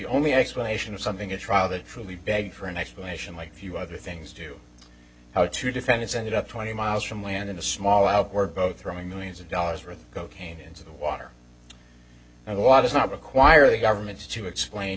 only explanation of something a trial that truly begged for an explanation like few other things do how to defend its ended up twenty miles from land in a small outward both throwing millions of dollars worth of cocaine into the water and the law does not require the governments to explain